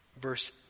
verse